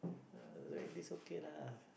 like this okay lah